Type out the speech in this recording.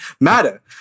matter